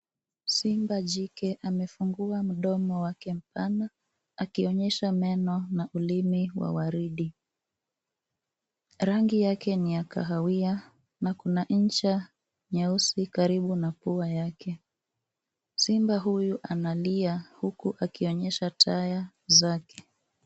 Simba jike amefungua mdomo wake pane akionyesha meno na ulimi wa waridi. Rangi yake ni ya kahawia na kuna ncha nyeusi karibu na pua yake. Simba huyu analia huku akionyesha taya zake.